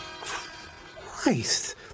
Christ